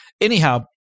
Anyhow